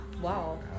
Wow